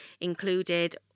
included